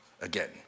again